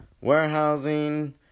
warehousing